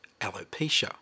alopecia